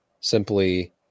simply